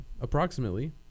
Approximately